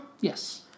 Yes